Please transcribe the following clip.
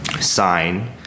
sign